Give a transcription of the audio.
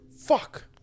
Fuck